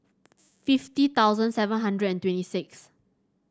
fifty thousand seven hundred and twenty six